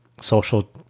social